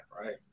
right